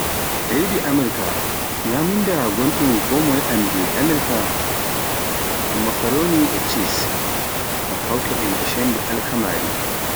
E Amirka, nyamunda gonɗum konmoye anndi e Amirka un makaroni e cheesi, un hawta ɗum e shondi Alkamari